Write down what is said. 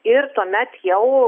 ir tuomet jau